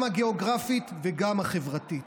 גם הגיאוגרפית וגם החברתית,